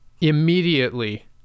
immediately